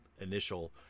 initial